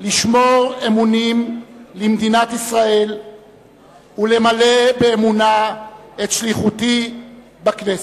לשמור אמונים למדינת ישראל ולמלא באמונה את שליחותי בכנסת.